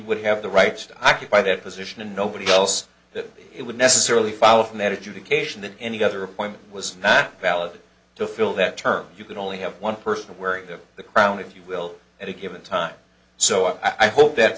would have the rights to occupy that position and nobody else that it would necessarily follow if medication than any other point was not valid to fill that term you can only have one person wearing the crown if you will at a given time so i hope that